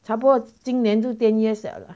差不多今年就 ten years liao lah